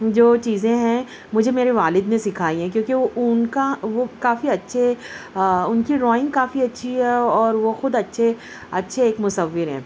جو چیزیں ہیں مجھے میرے والد نے سکھائی ہیں کیونکہ ان کا وہ کافی اچھے ان کی ڈرائنگ کافی اچھی ہے اور وہ خود اچھے اچھے ایک مصور ہیں